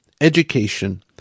Education